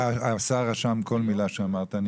אבי, השר רשם כל מילה שאמרת.